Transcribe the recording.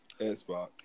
Xbox